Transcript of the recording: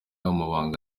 amabanga